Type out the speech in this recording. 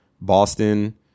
Boston